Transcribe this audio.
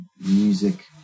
music